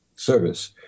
service